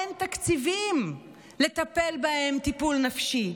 אין תקציבים לטפל בהם טיפול נפשי.